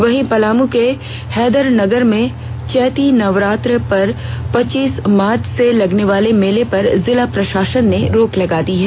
वहीं पलामू के हैदरनगर में चैती नवरात्र पर पचीस मार्च से लगने वाला मेला पर जिला प्रषासन ने रोक लगा दी है